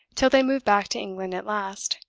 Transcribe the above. till they moved back to england at last,